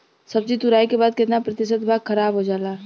सब्जी तुराई के बाद केतना प्रतिशत भाग खराब हो जाला?